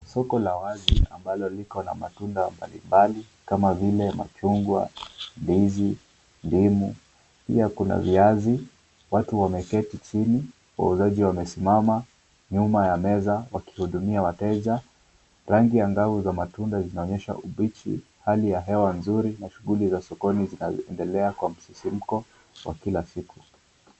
Soko la wazi ambalo liko na matunda mbalimbali kama vile machungwa, ndizi, ndimu pia kuna viazi, watu wameketi chini wauzaji wamesimama nyuma ya meza wakihudumia wateja, rangi ya njano za matunda zinaonyesha ubichi, hali ya hewa nzuri na shughuli za sokoni zinazoendelea kwa msisimuko wa kila siku.